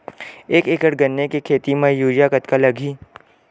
एक एकड़ गन्ने के खेती म यूरिया कतका लगही?